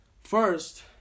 First